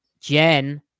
Jen